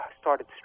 started